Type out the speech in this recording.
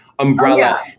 Umbrella